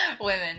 Women